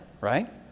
right